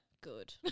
Good